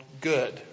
good